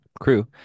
crew